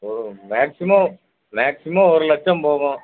ஓ maximum maximum ஒரு லட்சம் போகும்